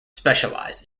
specialise